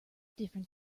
different